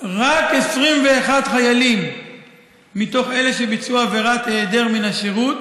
רק 21 חיילים מתוך אלה שביצעו עבירה של היעדרות מן השירות